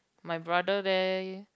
my brother there